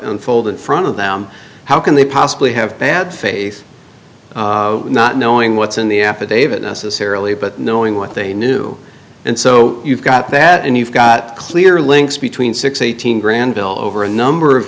unfold in front of them how can they possibly have bad faith not knowing what's in the affidavit necessarily but knowing what they knew and so you've got that and you've got clear links between six eighteen grand built over a number of